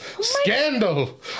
Scandal